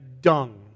dung